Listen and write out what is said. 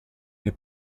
nel